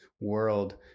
world